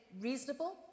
reasonable